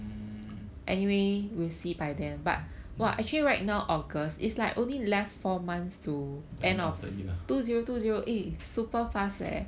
mm end of the year ah